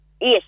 Yes